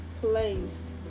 place